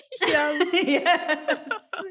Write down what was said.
Yes